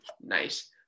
nice